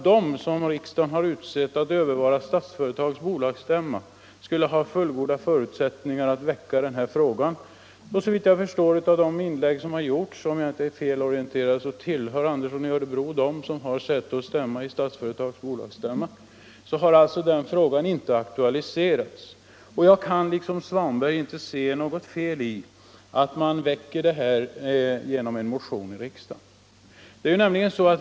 De som riksdagen utsett att övervara Statsföretags bolagsstämma har också haft fullgoda förutsättningar att väcka den här frågan. Om jag inte är felorienterad tillhör herr Andersson i Örebro dem som har säte och stämma i Statsföretags bolagsstämma. Om jag inte missförstått de inlägg som gjorts i debatten har frågan inte aktualiserats på annat sätt, och jag kan då liksom herr Svanberg inte se något fel i att väcka en motion om den i riksdagen.